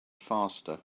faster